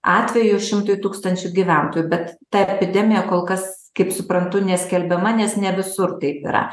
atvejų šimtui tūkstančių gyventojų bet ta epidemija kol kas kaip suprantu neskelbiama nes ne visur taip yra